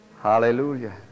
hallelujah